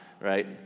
right